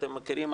אתם מכירים,